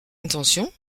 intention